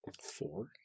Four